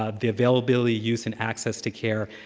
ah the availability, use, and access to care,